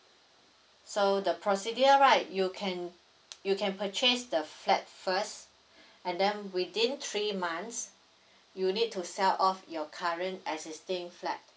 so the procedure right you can you can purchase the flat first and then within three months you need to sell off your current existing flat